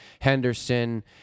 Henderson